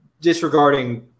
disregarding –